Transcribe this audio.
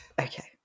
Okay